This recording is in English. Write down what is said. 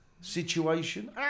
situation